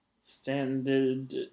standard